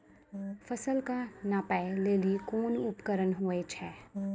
फसल कऽ नापै लेली कोन उपकरण होय छै?